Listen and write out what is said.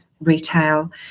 retail